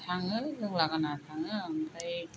थाङो जों लागोना थाङो ओमफ्राय